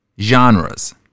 genres